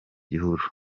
gihuru